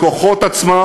בכוחות עצמה,